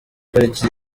pariki